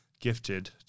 Gifted